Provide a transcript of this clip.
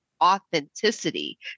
authenticity